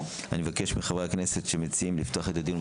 אני מבקש מחברי הכנסת שמציעים לפתוח את הדיון.